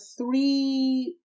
three